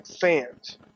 fans